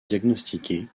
diagnostiquer